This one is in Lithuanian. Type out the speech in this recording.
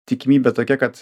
tikimybė tokia kad